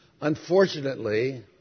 Unfortunately